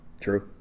True